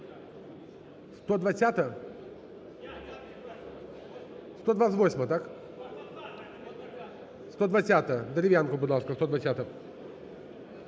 120-а? 128-а, так. 120-а, Дерев'янко, будь ласка. 120-а.